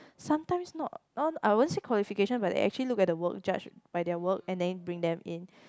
sometimes not I won't see qualification but actually look at the work judged by their work and then bring them in